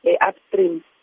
upstream